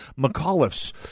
McAuliffe's